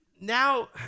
now